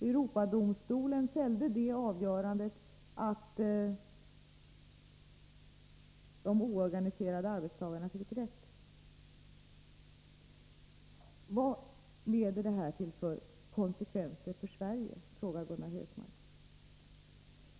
Europadomstolens avgörande innebar att de oorganiserade arbetstagarna fick rätt. Vad leder detta till för konsekvenser för Sverige, frågar Gunnar Hökmark.